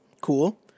Cool